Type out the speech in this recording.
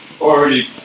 already